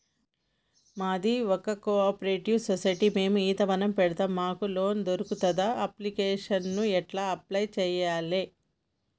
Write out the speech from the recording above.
మాది ఒక cooperative society మేము ఈత వనం పెడతం మాకు లోన్ దొర్కుతదా? అప్లికేషన్లను ఎట్ల అప్లయ్ చేయాలే?